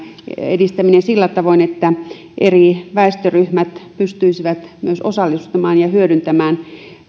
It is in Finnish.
edistäminen sillä tavoin että eri väestöryhmät pystyisivät myös osallistumaan ja hyödyntämään